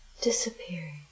disappearing